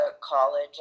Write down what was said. college